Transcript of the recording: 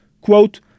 quote